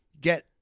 get